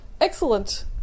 excellent